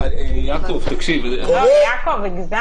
יעקב, הגזמת.